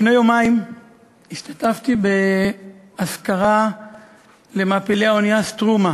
לפני יומיים השתתפתי באזכרה למעפילי האונייה "סטרומה".